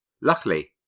Luckily